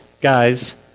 guys